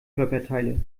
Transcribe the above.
körperteile